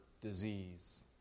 disease